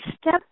step